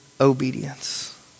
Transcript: obedience